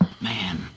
man